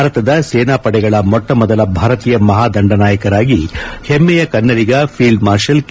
ಭಾರತದ ಸೇನಾಪಡೆಗಳ ಮೊಟ್ಟ ಮೊದಲ ಭಾರತೀಯ ಮಹಾ ದಂಡ ನಾಯಕರಾಗಿ ಹೆಮ್ನೆಯ ಕನ್ನಡಿಗ ಫೀಲ್ಡ್ ಮಾರ್ಷಲ್ ಕೆ